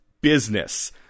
Business